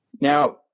Now